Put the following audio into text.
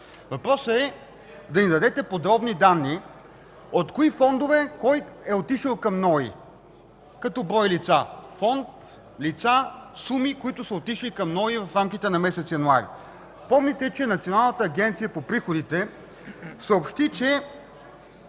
Въпросът е да ни дадете подробни данни от кои фондове кой е отишъл към НОИ като брой лица, фонд, лица, суми, които са отишли към НОИ в рамките на месец януари. Помните, че Националната агенция за приходите съобщи, че